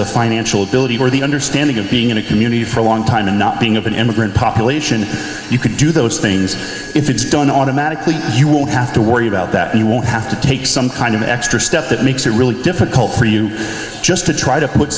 the financial ability or the understanding of being in a community for a long time and not being of an immigrant population you can do those things if it's done automatically you won't have to worry about that you won't have to take some kind of an extra step that makes it really difficult for you just to try to put